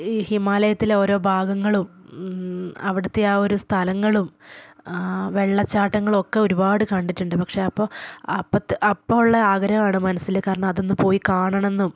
ഈ ഹിമാലയത്തിലെ ഓരോ ഭാഗങ്ങളും അവിടുത്തെ ആ ഒരു സ്ഥലങ്ങളും വെള്ളച്ചാട്ടങ്ങൾ ഒക്കെ ഒരുപാട് കണ്ടിട്ട്ണ്ട് പക്ഷേ അപ്പോൾ അപ്പം അത് അപ്പം ഉള്ള ആഗ്രഹം ആണ് മനസ്സിൽ കാരണം അതൊന്ന് പോയി കാണണം എന്നും